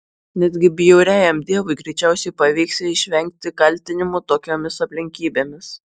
netgi bjauriajam deivui greičiausiai pavyksią išvengti kaltinimų tokiomis aplinkybėmis